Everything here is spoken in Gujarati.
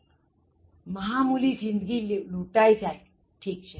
તો મહામૂલી જિંદગી લૂંટાઇ જાયઠીક છે